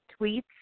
tweets